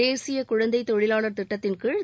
தேசிய குழந்தை தொழிலாளர் திட்டத்தின்கீழ்